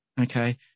okay